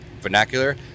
vernacular